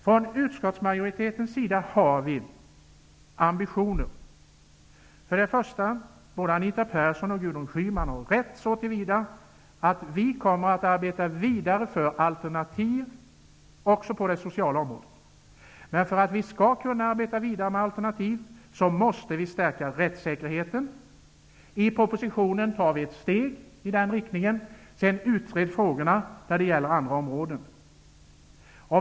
Från utskottsmajoritetens sida har vi ambitioner. Både Anita Persson och Gudrun Schyman har rätt så till vida att vi också på det sociala området kommer att arbeta vidare för alternativ. Men för att vi skall kunna arbeta vidare med alternativ måste vi stärka rättssäkerheten. I propositionen tar vi ett steg i den riktningen, och sedan utreds frågorna när det gäller andra områden.